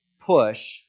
push